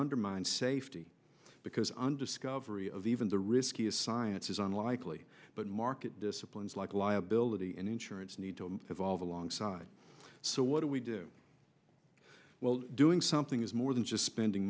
undermine safety because on discovery of even the riskiest science is unlikely but market disciplines like liability and insurance need to evolve alongside so what do we do well doing something is more than just spending